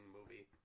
movie